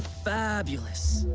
fabulous